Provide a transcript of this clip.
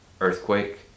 earthquake